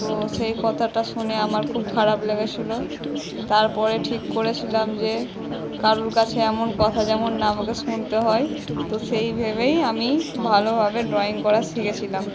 তো সেই কথাটা শুনে আমার খুব খারাপ লেগেছিলো তারপরে ঠিক করেছিলাম যে কারুর কাছে এমন কথা যেমন না আমাকে শুনতে হয় তো সেই ভেবেই আমি ভালোভাবে ড্রয়িং করা শিখেছিলাম